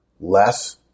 less